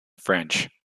french